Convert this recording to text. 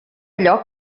allò